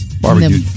Barbecue